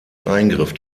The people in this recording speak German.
eingriff